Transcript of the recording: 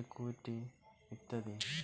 equity ইত্যাদি